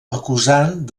acusant